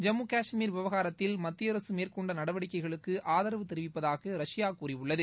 ஜம்மு கஷ்மீர் விவகாரத்தில் மத்தியஅரசு மேற்கொண்ட நடவடிக்கைகளுக்கு ஆதரவு தெரிவிப்பதாக ரஷ்யா கூறியுள்ளது